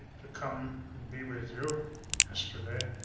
to come and be with you yesterday